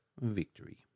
victory